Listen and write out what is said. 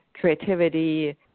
creativity